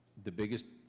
the biggest.